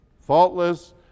Faultless